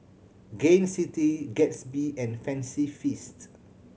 Gain City Gatsby and Fancy Feast